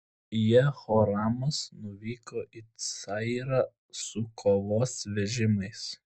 jehoramas nuvyko į cayrą su kovos vežimais